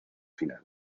final